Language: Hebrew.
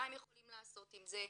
מה הם יכולים לעשות עם זה,